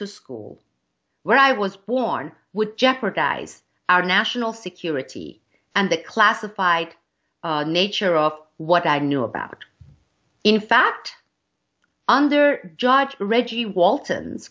to school where i was born would jeopardize our national security and the classified nature of what i knew about in fact under george reggie walton